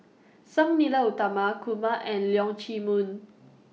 Sang Nila Utama Kumar and Leong Chee Mun